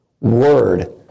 word